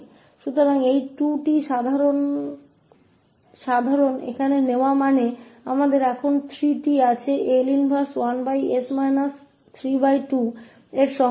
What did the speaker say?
तो इस 2 सामान्य को यहाँ लेते हुए इसका मतलब है कि अब हमारे पास३ है वहां 𝐿 इनवर्स 1s 32के साथ